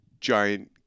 giant